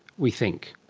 we think.